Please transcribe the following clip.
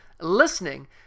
listening